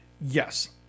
Yes